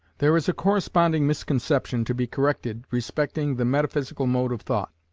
there is a corresponding misconception to be corrected respecting the metaphysical mode of thought.